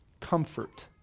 comfort